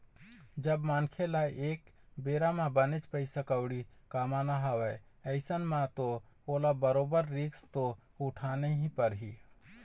जब मनखे ल एक बेरा म बनेच पइसा कउड़ी कमाना हवय अइसन म तो ओला बरोबर रिस्क तो उठाना ही परही